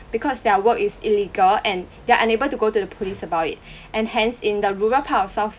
because their work is illegal and they are unable to go to the police about it and hence in the rural part of south